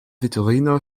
vitorino